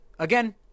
Again